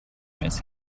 miss